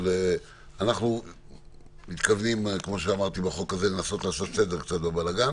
אנחנו מתכוונים בחוק הזה לנסות לעשות קצת סדר בבלגן